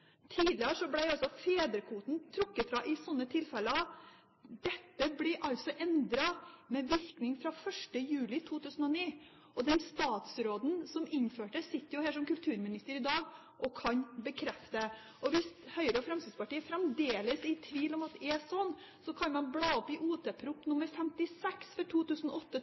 Tidligere ble fedrekvoten trukket fra i slike tilfeller. Dette ble altså endret med virkning fra 1. juli 2009. Den statsråden som innførte det, sitter jo her som kulturminister i dag og kan bekrefte det. Hvis Høyre og Fremskrittspartiet fremdeles er i tvil om at det er slik, kan de bla opp i Ot.prp. nr. 56 for